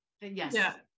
Yes